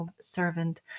servant